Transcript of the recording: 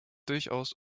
durchaus